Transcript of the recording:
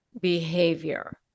behavior